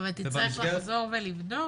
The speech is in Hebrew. אבל תצטרך לחזור ולבדוק